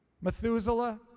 Methuselah